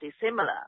dissimilar